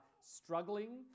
struggling